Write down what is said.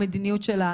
המדיניות שלה,